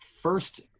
first